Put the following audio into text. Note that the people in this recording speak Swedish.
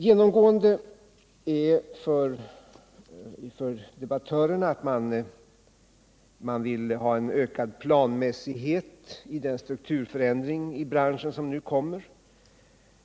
Genomgående är för debattörerna att de vill ha en ökad planmässighet i den strukturförändring inom branschen som nu kommer.